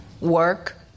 work